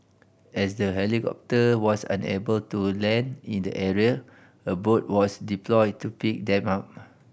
as the helicopter was unable to land in the area a boat was deployed to pick them up